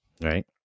Right